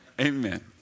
Amen